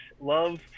love